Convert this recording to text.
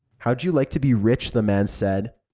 how'd you like to be rich, the man said.